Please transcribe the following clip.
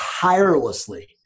tirelessly